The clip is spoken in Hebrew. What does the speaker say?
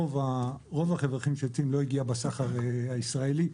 רוב --- לא הגיע בסחר הישראלי.